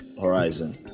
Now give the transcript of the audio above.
horizon